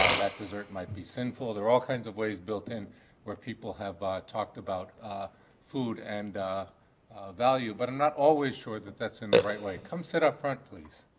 that dessert might be sinful. there are all kinds of ways built in where people have talked about food and the value, but i'm not always sure that that's in the right way. come sit up front please.